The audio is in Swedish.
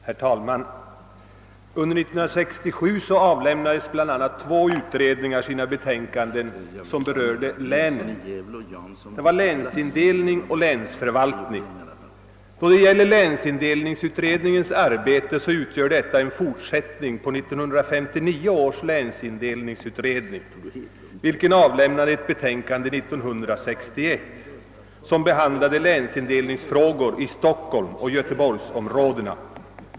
Herr talman! Under år 1967 avlämnade två utredningar betänkanden som berörde länen. De gällde länsindelning och länsförvaltning. Länsindelningsutredningens arbete utgör en fortsättning på 1959 års länsindelningsutredning som avlämnade ett betänkande år 1961. Det behandlade länsindelningsfrågor i stockholmsoch göteborgsområdena.